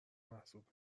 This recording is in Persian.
محسوب